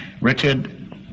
Richard